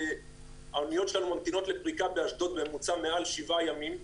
האוניות שלנו ממתינות לפריקה באשדוד בממוצע מעל שבעה ימים.